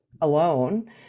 alone